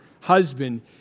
husband